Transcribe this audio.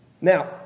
Now